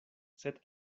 sed